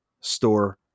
store